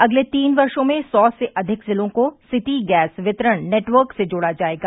अगले तीन वर्षो में सौ से अधिक जिलों को सिटी गैस वितरण नेटवर्क से जोड़ा जायेगा